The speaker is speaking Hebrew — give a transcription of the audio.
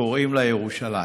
קוראים לה ירושלים,